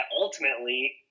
ultimately